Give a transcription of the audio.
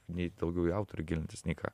nei daugiau į autorių gilintis nei ką